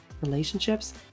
relationships